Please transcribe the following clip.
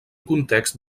context